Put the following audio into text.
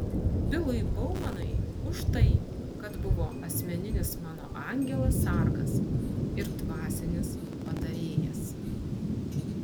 bilui baumanui už tai kad buvo asmeninis mano angelas sargas ir dvasinis patarėjas